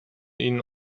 ihnen